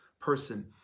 person